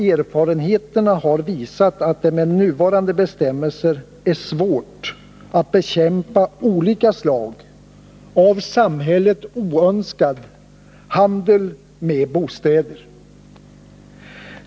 Erfarenheterna har visat att det med nuvarande bestämmelser är svårt att bekämpa olika slags — av samhället oönskad — handel med bostäder.